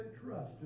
trust